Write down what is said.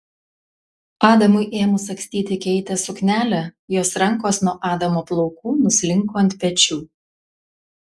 adamui ėmus sagstyti keitės suknelę jos rankos nuo adamo plaukų nuslinko ant pečių